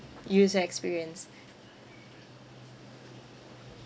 user experience